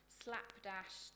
slapdash